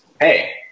hey